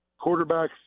quarterbacks